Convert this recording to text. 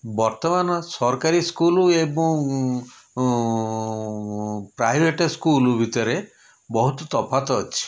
ବର୍ତ୍ତମାନ ସରକାରୀ ସ୍କୁଲ୍ ଏବଂ ପ୍ରାଇଭେଟ୍ ସ୍କୁଲ୍ ଭିତରେ ବହୁତ ତଫାତ୍ ଅଛି